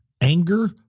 anger